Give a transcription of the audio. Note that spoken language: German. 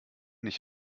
nicht